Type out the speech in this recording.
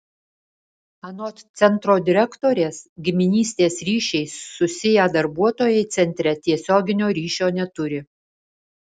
anot centro direktorės giminystės ryšiais susiję darbuotojai centre tiesioginio ryšio neturi